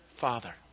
Father